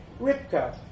Ripka